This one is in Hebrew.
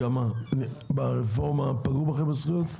ברפורמה פגעו בזכויות שלכם?